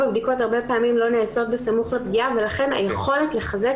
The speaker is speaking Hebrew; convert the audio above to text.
הבדיקות הרבה פעמים לא נעשות בסמוך לפגיעה ולכן היכולת לחזק